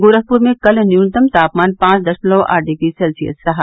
गोरखपुर में कल न्यूनतम तापमान पांच दशमलव आठ डिग्री सेल्सियस रहा